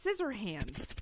Scissorhands